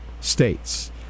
states